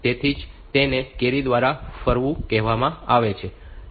તેથી જ તેને કેરી દ્વારા ફરવું કહેવામાં આવે છે